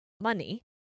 money